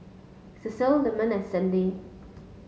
Cecile Lyman and Sandy